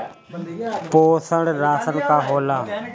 पोषण राशन का होला?